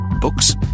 Books